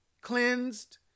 Cleansed